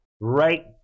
Right